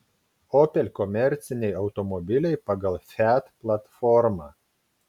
opel komerciniai automobiliai pagal fiat platformą